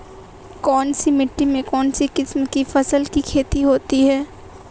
कौनसी मिट्टी में कौनसी किस्म की फसल की खेती होती है?